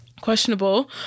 questionable